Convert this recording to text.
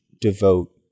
devote